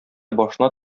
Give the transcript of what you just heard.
башына